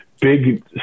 big